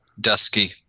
Dusky